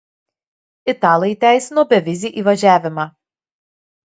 italai įteisino bevizį įvažiavimą